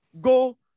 go